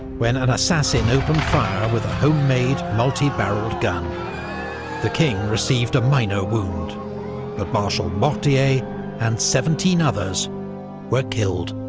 when an assassin opened fire with a home-made, multi-barrelled gun the king received a minor wound, but marshal mortier and seventeen others were killed.